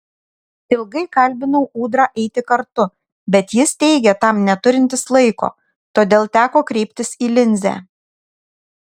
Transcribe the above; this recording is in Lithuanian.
ilgai kalbinau ūdrą eiti kartu bet jis teigė tam neturintis laiko todėl teko kreiptis į linzę